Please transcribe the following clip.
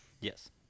Yes